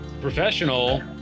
professional